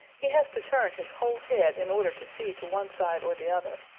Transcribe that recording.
he has to turn his whole head in order to see to one side or the other.